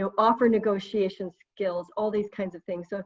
so offer negotiation skills, all these kinds of things. so